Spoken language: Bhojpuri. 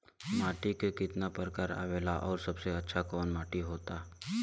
माटी के कितना प्रकार आवेला और सबसे अच्छा कवन माटी होता?